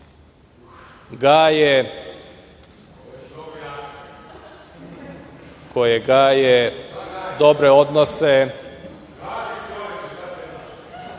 gaje dobre odnose